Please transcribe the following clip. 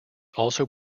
also